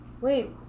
Wait